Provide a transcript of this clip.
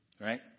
right